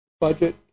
budget